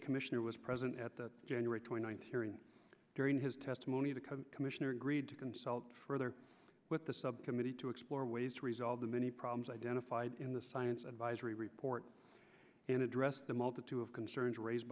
commissioner was present at the january twenty ninth hearing during his testimony to come commissioner agreed to consult further with the subcommittee to explore ways to resolve the many problems identified in the science advisory report and address the multitude of concerns raised